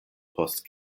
post